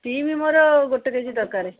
steam ମୋର ଗୋଟେ K G ଦରକାର